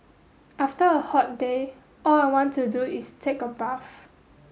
after a hot day all I want to do is take a bath